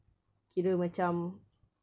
kira macam